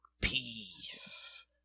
peace